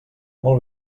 molt